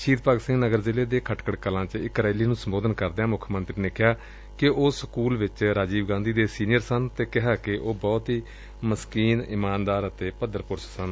ਸ਼ਹੀਦ ਭਗਤ ਸਿੰਘ ਨਗਰ ਜ਼ਿਲ੍ਹੇ ਦੇ ਖਟਕੜ ਕਲਾ ਚ ਇਕ ਰੈਲੀ ਨੂੰ ਸੰਬੋਧਨ ਕਰਦਿਆ ਮੁੱਖ ਮੰਤਰੀ ਨੇ ਕਿਹਾ ਕਿ ਉਹ ਸਕੁਲ ਵਿਚ ਰਾਜੀਵ ਗਾਧੀ ਦੇ ਸੀਨੀਅਰ ਸਨ ਅਤੇ ਕਿਹਾ ਕਿ ਉਹ ਬਹੁਤ ਹੀ ਮਸਕੀਨ ਈਮਾਨਦਾਰ ਅਤੇ ਭੱਦਰਪੁਰਸ਼ ਸਨ